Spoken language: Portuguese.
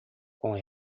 com